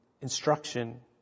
instruction